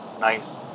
nice